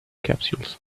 capsules